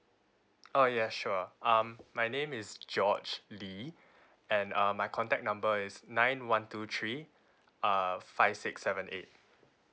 oh ya sure um my name is george lee and uh my contact number is nine one two three uh five six seven eight